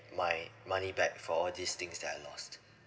my money back for all these things that I lost